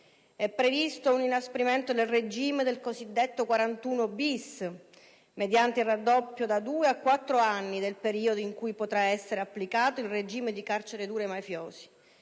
È previsto inoltre un inasprimento del regime dell'articolo 41-*bis*, mediante il raddoppio, da due a quattro anni, del periodo in cui potrà essere applicato il regime di carcere duro ai mafiosi.